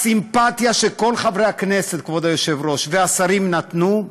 הסימפתיה שכל חברי הכנסת והשרים נתנו,